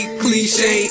cliche